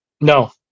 No